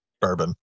Bourbon